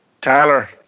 Tyler